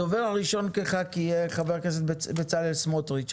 הדובר הראשון יהיה חבר הכנסת בצלאל סמוטריץ.